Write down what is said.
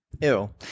Ew